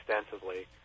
extensively